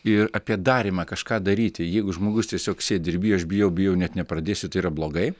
ir apie darymą kažką daryti jeigu žmogus tiesiog sėdi ir bijo aš bijau bijau net nepradėsiu tai yra blogai